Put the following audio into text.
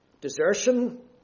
desertion